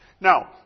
Now